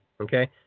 Okay